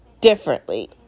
differently